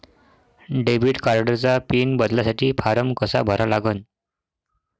Debit कार्डचा pin बदलासाठी form कसा भरा लागन?